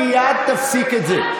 מייד תפסיק את זה.